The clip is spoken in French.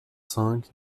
cinq